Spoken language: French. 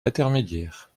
intermédiaire